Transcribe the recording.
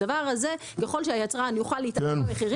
הדבר הזה, ככל שהיצרן יוכל --- במחירים.